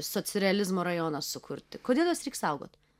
socrealizmo rajoną sukurti kodėl juos reik saugot